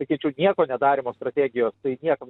sakyčiau nieko nedarymo strategijos tai niekam